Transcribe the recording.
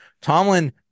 Tomlin